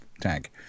tank